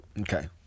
Okay